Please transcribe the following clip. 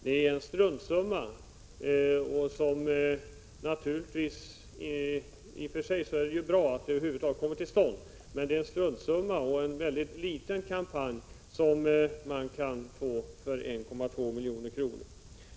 Det är naturligtvis i och för sig bra att kampanjen över huvud taget kommer till stånd, men det är en struntsumma och det blir en väldigt liten kampanj man kan få för 1,2 miljoner.